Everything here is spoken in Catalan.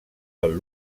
del